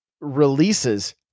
releases